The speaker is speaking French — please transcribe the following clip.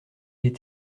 est